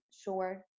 sure